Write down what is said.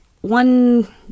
One